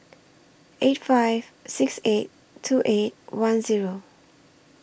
eight five six eight two eight one Zero